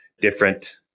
different